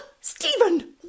Stephen